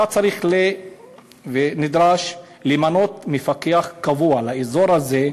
צריך ונדרש למנות מפקח קבוע לאזור הזה,